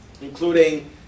including